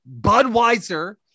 budweiser